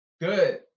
Good